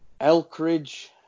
Elkridge